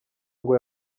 ngo